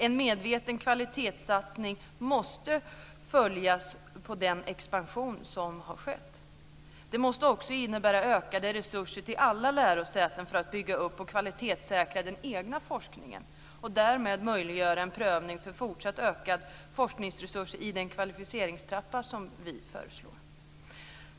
En medveten kvalitetssatsning måste följa på den expansion som har skett. Det måste också innebära ökade resurser till alla lärosäten för att bygga upp och kvalitetssäkra den egna forskningen och därmed möjliggöra en prövning för fortsatt ökade forskningsresurser i den kvalificeringstrappa som vi föreslår.